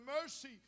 mercy